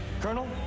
Colonel